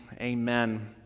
Amen